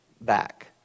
back